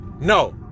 no